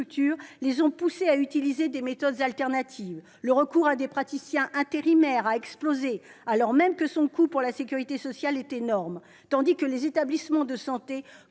les ont poussées à utiliser des méthodes alternatives : le recours à des praticiens intérimaires a explosé, alors même que son coût pour la sécurité sociale est énorme, tandis que les établissements de santé